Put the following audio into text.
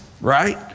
right